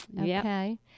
Okay